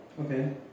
Okay